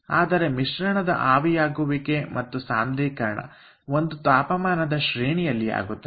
ಆದರೆ ಮಿಶ್ರಣದ ಆವಿಯಾಗುವಿಕೆ ಮತ್ತು ಸಾಂದ್ರೀಕರಣ ಒಂದು ತಾಪಮಾನದ ಶ್ರೇಣಿಯಲ್ಲಿ ಆಗುತ್ತದೆ